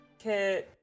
Okay